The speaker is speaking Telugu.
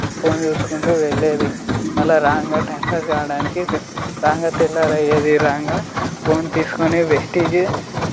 ఫోన్ చూసుకుంటూ వెళ్ళేది అలా రాగా టైంపాస్ కావడానికి రాగా తిన్నారా ఏది రాంగా ఫోన్ తీసుకుని వేస్టిజ్